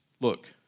look